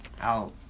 out